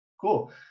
Cool